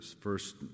first